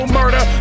murder